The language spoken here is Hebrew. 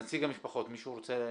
נציג התושבים, מישהו רוצה?